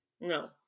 No